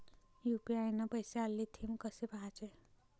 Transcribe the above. UPI न पैसे आले, थे कसे पाहाचे?